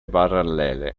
parallele